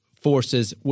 forces